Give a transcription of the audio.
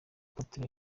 apotre